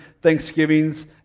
Thanksgivings